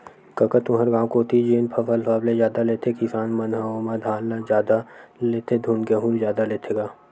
कका तुँहर गाँव कोती जेन फसल सबले जादा लेथे किसान मन ह ओमा धान जादा लेथे धुन गहूँ जादा लेथे गा?